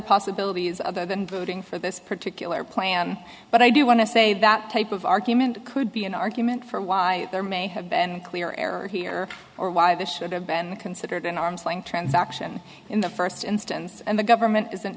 possibilities other than voting for this particular plan but i do want to say that type of argument could be an argument for why there may have been clear error here or why this should have been considered an arm's length transaction in the first instance and the government isn't